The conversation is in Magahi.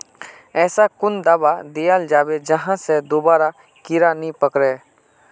ऐसा कुन दाबा दियाल जाबे जहा से दोबारा कीड़ा नी पकड़े?